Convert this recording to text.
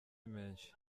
menshi